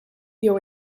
jew